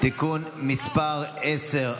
(תיקון מס' 10),